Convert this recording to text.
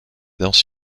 danse